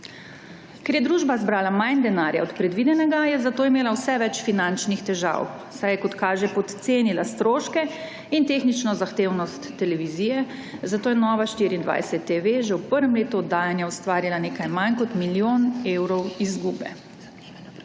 Ker je družba zbrala manj denarja od predvidenega, je zato imela vse več finančnih težav, saj je, kot kaže, podcenila stroške in tehnično zahtevnost televizije, zato je Nova24TV že v prvem letu oddajanja ustvarila nekaj manj kot milijon evrov izgube.